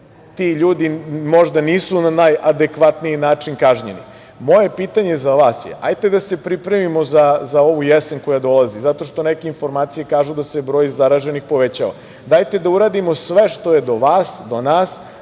ti ljudi možda nisu na najadekvatniji način kažnjeni. Moje pitanje za vas je - ajde da se pripremimo za ovu jesen koju dolazi, zato što neke informacije kažu da se broj zaraženih povećava. Dajte da uradimo sve što je do vas, do nas,